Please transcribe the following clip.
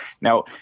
Now